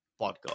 podcast